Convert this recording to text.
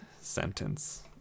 sentence